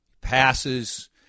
Passes